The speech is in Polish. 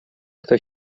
kto